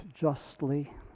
justly